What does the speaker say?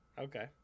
Okay